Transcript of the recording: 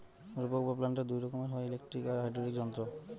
রোপক বা প্ল্যান্টার দুই রকমের হয়, ইলেকট্রিক আর হাইড্রলিক যান্ত্রিক